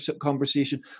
conversation